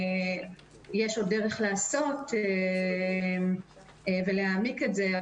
יש עוד דרך לעשות כדי להעמיק את זה,